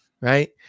right